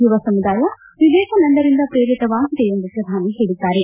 ಯುವ ಸಮುದಾಯ ವಿವೇಕಾನಂದರಿಂದ ಪ್ರೇರಿತವಾಗಿದೆ ಎಂದು ಪ್ರಧಾನಿ ಹೇಳಿದ್ದಾರೆ